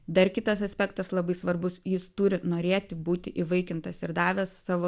dar kitas aspektas labai svarbus jis turi norėti būti įvaikintas ir davęs savo